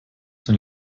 dem